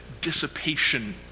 dissipation